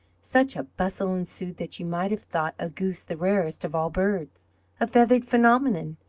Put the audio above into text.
such a bustle ensued that you might have thought a goose the rarest of all birds a feathered phenomenon,